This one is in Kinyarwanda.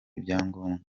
ibyangombwa